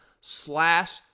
slash